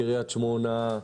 קריית שמונה,